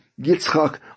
Yitzchak